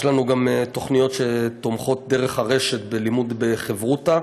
יש לנו גם תוכניות שתומכות דרך הרשת בלימוד בחברותא,